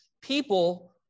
people